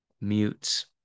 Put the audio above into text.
Mutes